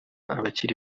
abakiri